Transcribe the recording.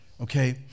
okay